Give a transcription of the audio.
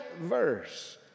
verse